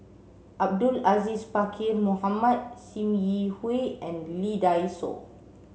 Abdul Aziz Pakkeer Mohamed Sim Yi Hui and Lee Dai Soh